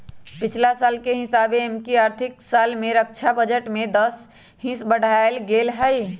पछिला साल के हिसाबे एमकि आर्थिक साल में रक्षा बजट में दस हिस बढ़ायल गेल हइ